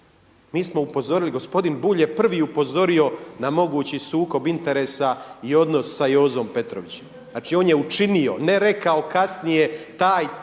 Mi smo upozorili, gospodin Bulj je prvi upozorio na mogući sukob interesa i odnos sa Jozom Petrovićem. Znači, on je učinio, ne rekao kasnije taj